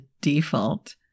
default